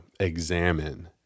examine